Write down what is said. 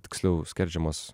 tiksliau skerdžiamos